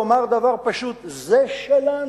הוא אמר דבר פשוט: זה שלנו.